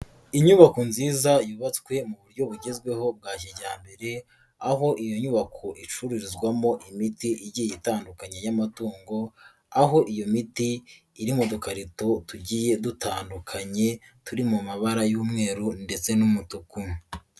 Inyubako nziza yubatswe mu buryo bugezweho bwa kijyambere, aho iyo nyubako icururizwamo imiti igi itandukanye y'amatungo, aho iyo miti iri mu dukarito tugiye dutandukanye, turi mu mabara y'umweru ndetse n'umutuku.